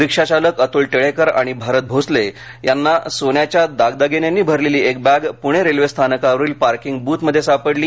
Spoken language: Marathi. रिक्षाचालक अतुल टिळेकर आणि भारत भोसले यांना सोन्याच्या दाग दागिन्यांनी भरलेली एक बग पुणे रेल्वे स्थानकावरील पार्किंग बूथ मध्ये सापडली